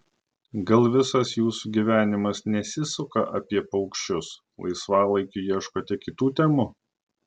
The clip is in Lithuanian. gal visas jūsų gyvenimas nesisuka apie paukščius laisvalaikiu ieškote kitų temų